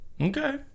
okay